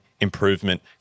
improvement